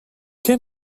què